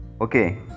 okay